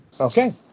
okay